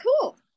cool